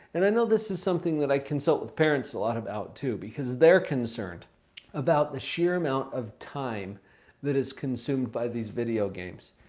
and i know this is something that i consult with parents a lot about too because they're concerned about the sheer amount of time that is consumed by these video games.